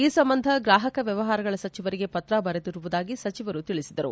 ಈ ಸಂಬಂಧ ಗ್ರಾಹಕ ವ್ಯವಹಾರಗಳ ಸಚಿವರಿಗೆ ಪತ್ರ ಬರೆದಿರುವುದಾಗಿ ಸಚಿವರು ತಿಳಿಸಿದರು